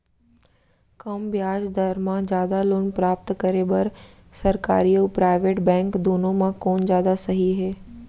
कम ब्याज दर मा जादा लोन प्राप्त करे बर, सरकारी अऊ प्राइवेट बैंक दुनो मा कोन जादा सही हे?